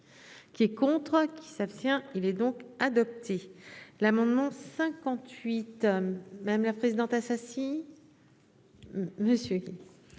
qui est contre qui. Abstient il est donc adopté l'amendement 58 hommes, madame la présidente Assassi.